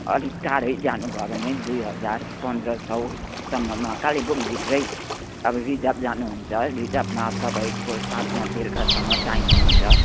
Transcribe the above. अलिक टाढै जानुभयो भने दुई हजार पन्ध्र सौसम्ममा कालेबुङ भित्रै अब रिजर्भ जानु हुन्छ रिजर्भमा तपाईँको साथमा बेलुकासम्म टाइम हुन्छ